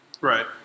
Right